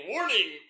Warning